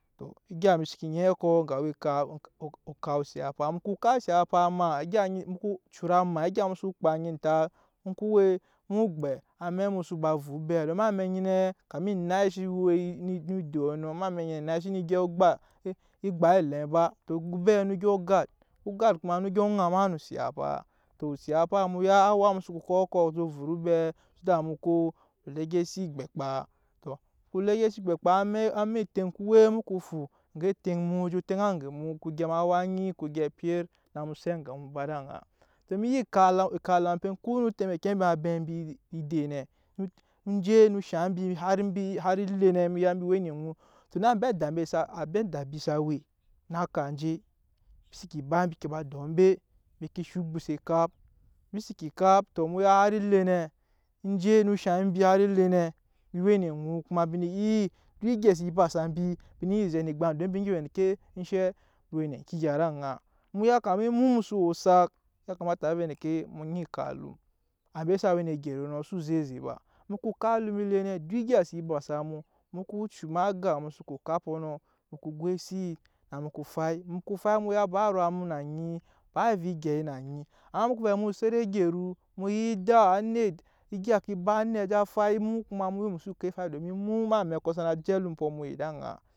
Tɔ egya mbi se ke nyiɛ kɔ eŋgo awa ekap osiyafa, mu ko kap osiyafa maa mu ko cura maa egya mu so kpa onyi entat oŋke we mu gbep amɛk mu so ba vuk obeɛ em'amɛk anyi nɛ kama enai we se we em'edo nɔ em'amɛk anyi nɛ enai xsene gyɛp egba elɛm ba tɔ obeɛ no o gat ogat kuma no ko ŋama no osiyafa tɔ osiyafa awa mu ya awa mu so kɔkɔk vut obeɛ so that mu ko legasi egbɛkpa tɔ mu legasi egbɛkpaa amɛk eteŋ soko we mu ko fu oge eteŋ mu je teŋa age mu je gema awa nyi ko gyɛp opyet na se age mu ba ed'aŋa. Tɔ mi ya ovɛ ekap elam eŋke no tɛmake ambe abɛ mbi edei nɛ enje nee shaŋ mbi har ele nɛ embi we ne eŋu tun ambe ada mbi sa we á naa kap enje embi seke ba embi ke ba dɔ embe embi ke shaŋ ogbose ekap embi seke kap tɔ mu ya har ele nɛ enje noo shaŋ mbi har ele nɛ embi we ne eŋu embi nee iya, duk egya se ba sa mbi embi nee iya zɛ ne egbam don mbi nyi vɛ endeke enshɛ mbi we ne eŋke egya ed'aŋa mu kama avɛ emu so we osak kamata ⱱɛ endeke mu nyi ekap alum ambe sa we ne egyɛru no o xso ze eze ba mu ko kap alum ele nɛ duk egya se ba sa mu mu ko cu em'aga mu su ko kap ko nɔ mu ko goisi na mu ko fai mu ko fai mu ya ba ruwa mu na anyi ba ovɛ egyɛi na anyi amma mu ko vɛ mu set egyɛru mu ya eda egya ke ba anet á je fai emu kuma we mu xso ko efai donmin emu em'amɛkɔ sana je ed'alumpɔ mu we ed'aŋa.